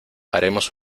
haremos